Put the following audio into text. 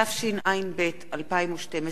התשע"ב 2012,